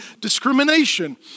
discrimination